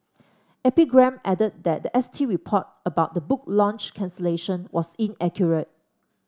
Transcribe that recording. epigram added that the S T report about the book launch cancellation was inaccurate